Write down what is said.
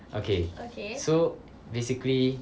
okay so basically